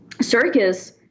circus